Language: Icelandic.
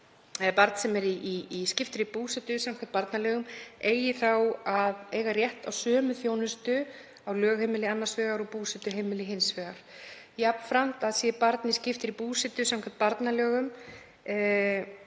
að barn sem er í skiptri búsetu samkvæmt barnalögum eigi rétt á sömu þjónustu á lögheimili annars vegar og búsetuheimili hins vegar, jafnframt að sé barn í skiptri búsetu samkvæmt barnalögum